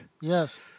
Yes